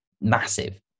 massive